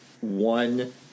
one